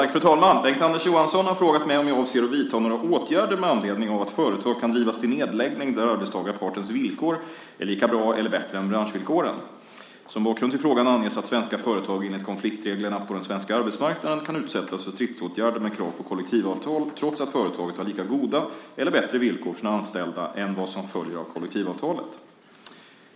Fru talman! Bengt-Anders Johansson har frågat mig om jag avser att vidta några åtgärder med anledning av att företag kan drivas till nedläggning där arbetstagarpartens villkor är lika bra eller bättre än branschvillkoren. Som bakgrund till frågan anges att svenska företag enligt konfliktreglerna på den svenska arbetsmarknaden kan utsättas för stridsåtgärder med krav på kollektivavtal trots att företaget har lika goda eller bättre villkor för sina anställda än vad som följer av kollektivavtalet.